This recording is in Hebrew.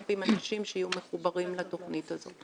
בשנתיים הקרובות ל-5,000 אנשים שיהיו מחוברים לתכנית הזאת.